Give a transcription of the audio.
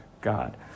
God